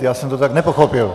Já jsem to tak nepochopil.